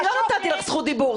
אני לא נתתי לך זכות דיבור,